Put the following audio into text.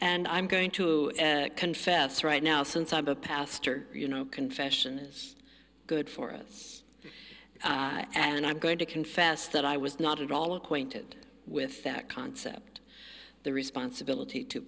and i'm going to confess right now since i'm a pastor you know confession is good for us and i'm going to confess that i was not at all acquainted with that concept the responsibility to